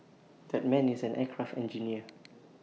that man is an aircraft engineer